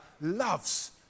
loves